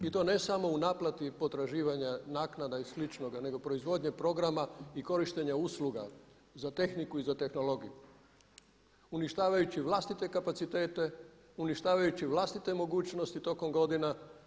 I to ne samo u naplati potraživanja naplata i sličnoga nego proizvodnje programa i korištenja usluga za tehniku i za tehnologiju uništavajući vlastite kapacitete, uništavajući vlastite mogućnosti tokom godina.